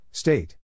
State